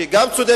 שהיא גם צודקת,